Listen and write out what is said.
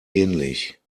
ähnlich